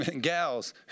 gals